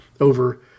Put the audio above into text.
over